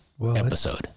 episode